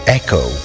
echo